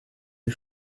les